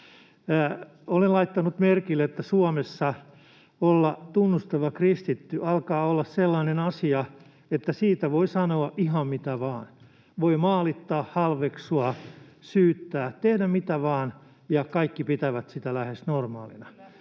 Olen laittanut merkille, että Suomessa tunnustava kristitty alkaa olla sellainen asia, että siitä voi sanoa ihan mitä vain: voi maalittaa, halveksua, syyttää, tehdä mitä vain, ja kaikki pitävät sitä lähes normaalina.